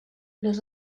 los